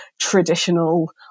traditional